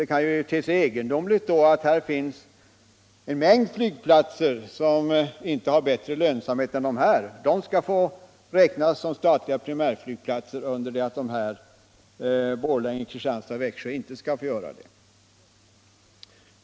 Det kan te sig egendomligt att det finns en mängd flygplatser som inte har bättre lönsamhet än de här nämnda men ändå får räknas som statliga primärflygplatser, under det att flygplatserna i Borlänge, Kristianstad och Växjö inte får göra det.